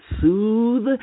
soothe